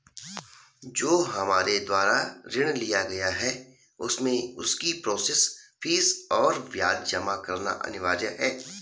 जो हमारे द्वारा ऋण लिया गया है उसमें उसकी प्रोसेस फीस और ब्याज जमा करना अनिवार्य है?